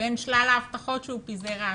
בין שלל ההבטחות שהוא פיזר אז.